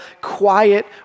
quiet